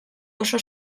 oso